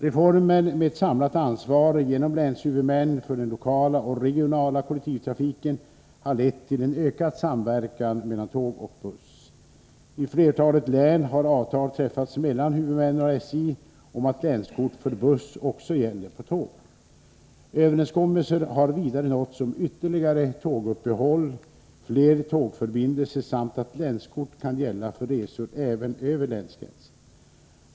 Reformen med ett samlat ansvar genom länshuvudmän för den lokala och regionala kollektivtrafiken har lett till en ökad samverkan mellan tåg och buss. I flertalet län har avtal träffats mellan huvudmännen och SJ om att länskort för buss också gäller på tåg. Överenskommelser har vidare nåtts om ytterligare tåguppehåll, flera tågförbindelser samt att länskort kan gälla för resor även över länsgränser.